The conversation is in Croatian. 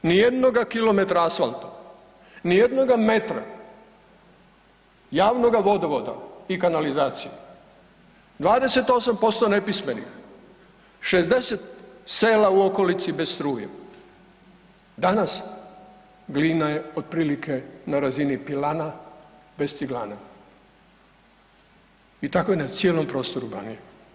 Nijednoga kilometra asfalta, nijednoga metra javnoga vodovoda i kanalizacije, 28% nepismenih, 60 sela u okolici bez struje, danas Glina je otprilike na razini pilana, bez ciglana i tako je na cijelom prostoru Banije.